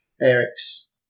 Eric's